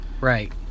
right